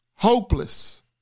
Hopeless